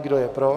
Kdo je pro?